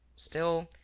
still.